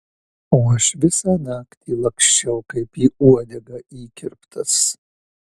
o aš visą naktį laksčiau kaip į uodegą įkirptas